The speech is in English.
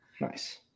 Nice